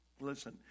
listen